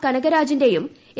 കനകരാജിന്റെയും A